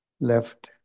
left